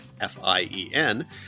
F-I-E-N